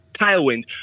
tailwind